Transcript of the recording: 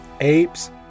apes